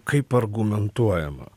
kaip argumentuojama